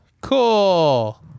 Cool